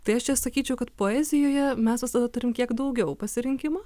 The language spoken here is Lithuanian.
tai aš čia sakyčiau kad poezijoje mes visada turim kiek daugiau pasirinkimo